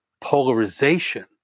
polarization